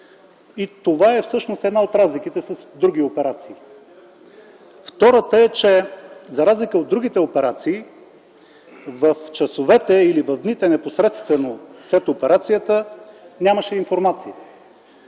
Това всъщност е една от разликите с други операции. Втората е, че за разлика от другите операции, в часовете или в дните непосредствено след операцията, нямаше информация.